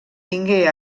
tingué